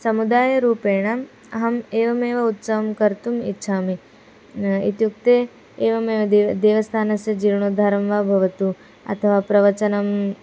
समुदायरूपेण अहम् एवमेव उत्सवं कर्तुम् इच्छामि इत्युक्ते एवमेव देवः देवस्थानस्य जीर्णोद्धरं वा भवतु अथवा प्रवचनं